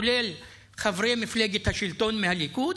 כולל חברי מפלגת השלטון מהליכוד,